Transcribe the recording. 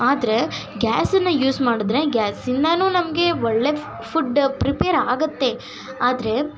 ಆದರೆ ಗ್ಯಾಸನ್ನು ಯೂಸ್ ಮಾಡಿದ್ರೆ ಗ್ಯಾಸಿಂದ ನಮಗೆ ಒಳ್ಳೆ ಫುಡ್ ಪ್ರಿಪೇರ್ ಆಗುತ್ತೆ ಆದ್ರೆ